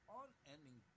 unending